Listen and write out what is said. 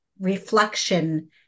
reflection